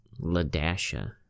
LaDasha